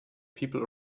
people